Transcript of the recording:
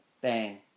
bang